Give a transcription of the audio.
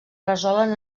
resolen